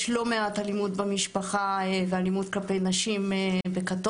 יש לא מעט אלימות במשפחה ואלימות כלפי נשים בכתות,